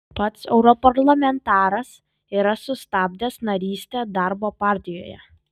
pats europarlamentaras yra sustabdęs narystę darbo partijoje